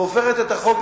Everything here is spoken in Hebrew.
והופך את החוק,